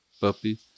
puppy